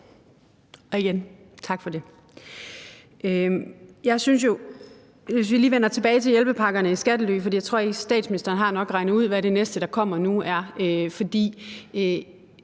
jeg sige: Tak for det. Hvis vi lige vender tilbage til hjælpepakkerne og skattely – for jeg tror, at statsministeren nok har regnet ud, hvad det næste, der kommer nu, er